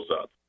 up